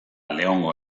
leongo